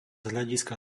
hľadiska